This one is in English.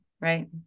right